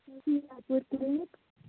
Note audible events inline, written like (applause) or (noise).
(unintelligible)